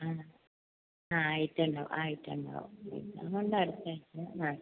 ആ ആ ആയിട്ടുണ്ടാവും ആയിട്ടുണ്ടാവും എക്സാം ഉണ്ട് അടുത്തയാഴ്ച ആ